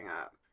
up